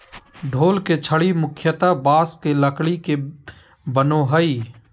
ढोल के छड़ी मुख्यतः बाँस के लकड़ी के बनो हइ